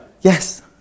Yes